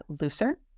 looser